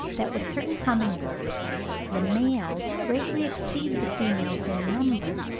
that with certain humming-birds the males greatly exceed the females in number,